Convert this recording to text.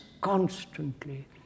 constantly